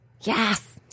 Yes